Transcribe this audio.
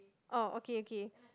oh okay okay